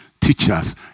teachers